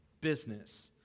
business